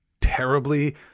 terribly